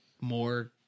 more